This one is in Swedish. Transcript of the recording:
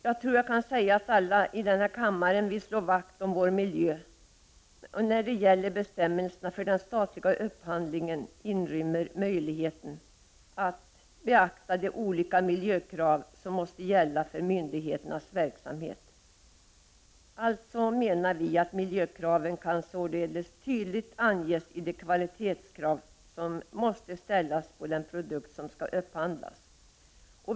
Jag tror att jag kan säga att alla i denna kammare vill slå vakt om vår miljö. Bestämmelserna för den statliga upphandlingen inrymmer möjligheten att beakta de olika miljökrav som måste gälla för myndigheternas verksamhet. Vi menar alltså att miljökraven tydligt kan anges i de kvalitetskrav som måste ställas på den produkt som skall upphandlas.